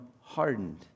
hardened